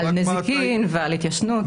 על נזיקין ועל התיישנות,